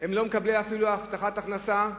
הם אפילו לא מקבלי הבטחת הכנסה,